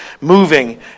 moving